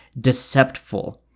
deceptful